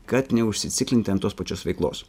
kad neužsiciklinti ant tos pačios veiklos